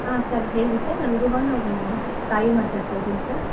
ಹಾಂ ಸರ್ ಹೇಳಿ ಸರ್ ನಾನು ಭುವನ್ ಅವರ ಮ್ ತಾಯಿ ಮಾತಾಡ್ತಾ ಇದ್ದೀನಿ ಸರ್